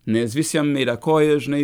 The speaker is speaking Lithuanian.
nes visiem yra koja žinai